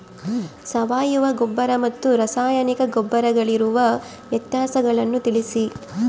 ಸಾವಯವ ಗೊಬ್ಬರ ಮತ್ತು ರಾಸಾಯನಿಕ ಗೊಬ್ಬರಗಳಿಗಿರುವ ವ್ಯತ್ಯಾಸಗಳನ್ನು ತಿಳಿಸಿ?